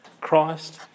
Christ